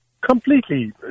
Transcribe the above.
Completely